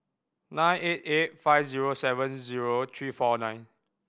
nine eight eight five zero seven zero three four nine